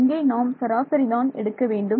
அங்கே நாம் சராசரி தான் எடுக்க வேண்டும்